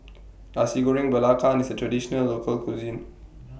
Nasi Goreng Belacan IS A Traditional Local Cuisine